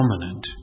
dominant